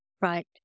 Right